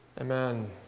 Amen